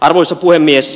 arvoisa puhemies